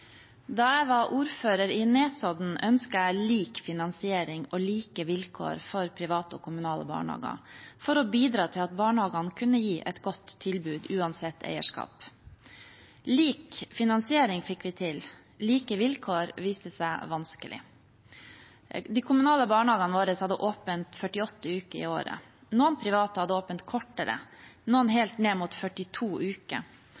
Da jeg var ordfører i Nesodden, ønsket jeg lik finansiering og like vilkår for private og kommunale barnehager for å bidra til at barnehagene kunne gi et godt tilbud, uansett eierskap. Lik finansiering fikk vi til, like vilkår viste seg å være vanskelig. De kommunale barnehagene våre hadde åpent 48 uker i året. Noen private hadde åpent kortere, noen helt ned mot 42 uker.